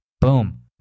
Boom